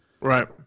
Right